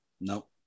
No